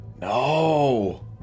no